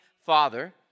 father